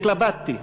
התלבטתי,